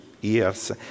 years